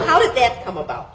how did that come about